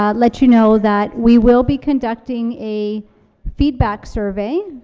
um let you know that we will be conducting a feedback survey.